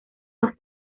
los